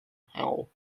howl